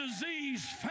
disease